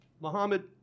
Mohammed